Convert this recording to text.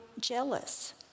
jealous